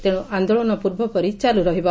ତେଣ୍ ଆନ୍ଦୋଳନ ପୂର୍ବପରି ଚାଲୁ ରହିବ